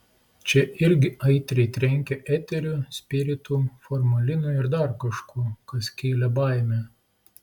čia irgi aitriai trenkė eteriu spiritu formalinu ir dar kažkuo kas kėlė baimę